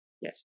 Yes